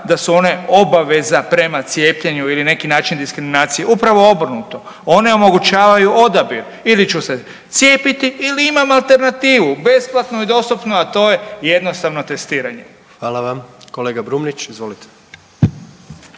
da su one obaveza prema cijepljenju ili neki način diskriminacija, upravo obrnuto. One omogućavaju odabir ili ću se cijepiti ili imam alternativu besplatno i dostupno, a to je jednostavno testiranje. **Jandroković, Gordan